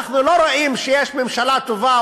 אנחנו לא רואים שיש ממשלה טובה,